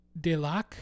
Delac